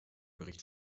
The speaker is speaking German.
bericht